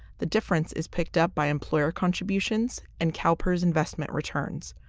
the difference is picked up by employer contributions and calpers investment returns,